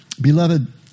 Beloved